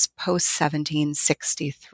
post-1763